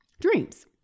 dreams